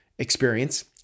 Experience